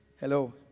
Hello